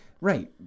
Right